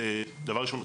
זה דבר ראשון.